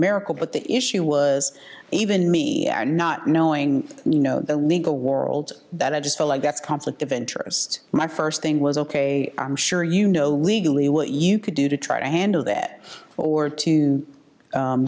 l but the issue was even me not knowing you know the legal world that i just feel like that's conflict of interests my first thing was ok i'm sure you know legally what you could do to try to handle that or to